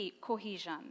cohesion